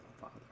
Father